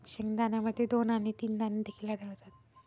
शेंगदाण्यामध्ये दोन आणि तीन दाणे देखील आढळतात